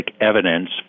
evidence